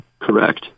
Correct